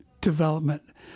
development